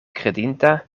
kredinta